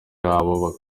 yabo